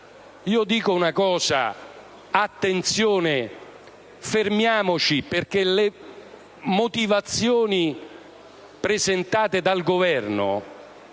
io dico: attenzione, fermiamoci, perché le motivazioni presentate dal Governo,